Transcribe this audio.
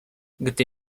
gdy